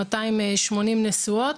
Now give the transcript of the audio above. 280 נשואות.